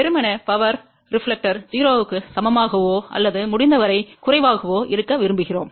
வெறுமனே சக்தி பிரதிபலிப்பானது 0 க்கு சமமாகவோ அல்லது முடிந்தவரை குறைவாகவோ இருக்க விரும்புகிறோம்